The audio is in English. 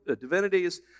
divinities